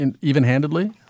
even-handedly